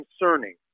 concerning